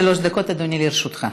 עד שלוש דקות, אדוני, לרשותך.